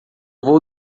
vou